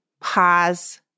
pause